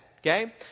Okay